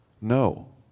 No